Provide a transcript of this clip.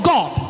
God